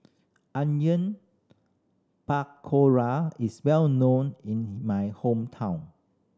Onion Pakora is well known in my hometown